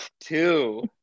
two